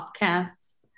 podcasts